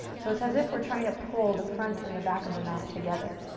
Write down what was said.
so it's as if we're trying to pull the front and the back of the mat together.